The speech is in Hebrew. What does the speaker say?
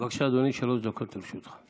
בבקשה, אדוני, שלוש דקות לרשותך.